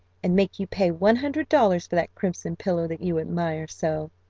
and make you pay one hundred dollars for that crimson pillow that you admire so.